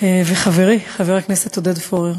וחברי חבר הכנסת עודד פורר,